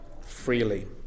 freely